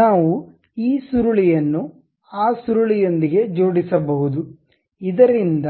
ನಾವು ಈ ಸುರುಳಿಯನ್ನು ಆ ಸುರುಳಿಯೊಂದಿಗೆ ಜೋಡಿಸಬಹುದು ಇದರಿಂದ